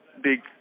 big